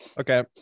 okay